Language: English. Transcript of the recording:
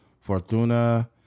Fortuna